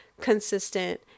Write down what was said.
consistent